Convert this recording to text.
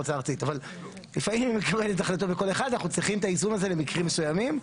ואנחנו צריכים את האיזון הזה למקרים מסוימים.